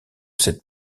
cette